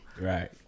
Right